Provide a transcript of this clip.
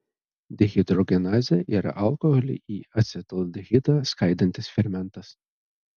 dehidrogenazė yra alkoholį į acetaldehidą skaidantis fermentas